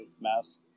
mass